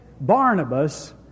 Barnabas